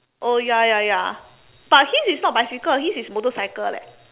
oh ya ya ya but his is not bicycle his is motorcycle leh